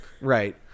right